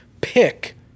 pick